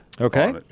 Okay